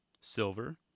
silver